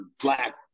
black